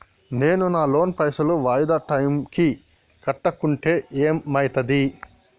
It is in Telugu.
నేను నా లోన్ పైసల్ వాయిదా టైం కి కట్టకుంటే ఏమైతది?